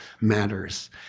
matters